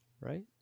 right